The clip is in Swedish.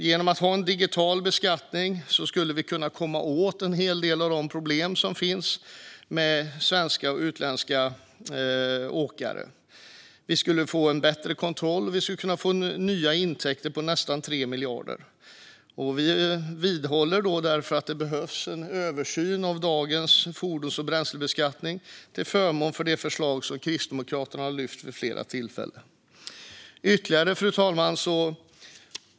Genom att ha en digital beskattning skulle vi kunna komma åt en hel del av de problem som finns med svenska och utländska åkare. Vi skulle få en bättre kontroll, och vi skulle kunna få nya intäkter på nästan 3 miljarder. Vi vidhåller därför att det behövs en översyn av dagens fordons och bränslebeskattning till förmån för det förslag som Kristdemokraterna har lyft fram vid flera tillfällen. Fru talman!